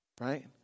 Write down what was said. right